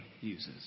uses